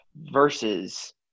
versus